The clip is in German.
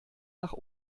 nach